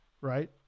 right